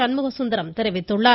சண்முகசுந்தரம் தெரிவித்துள்ளார்